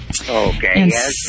Okay